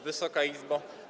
Wysoka Izbo!